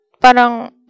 Parang